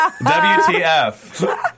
WTF